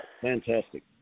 Fantastic